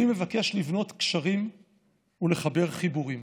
אני מבקש לבנות גשרים ולחבר חיבורים.